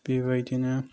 बेबायदिनो